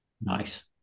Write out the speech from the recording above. Nice